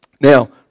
Now